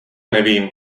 nevím